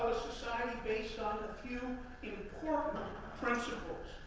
society based on a few important principles.